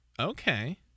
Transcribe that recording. okay